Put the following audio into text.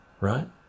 right